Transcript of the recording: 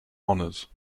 honors